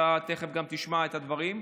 ואתה תכף גם תשמע את הדברים,